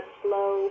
slow